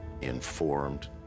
informed